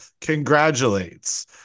congratulates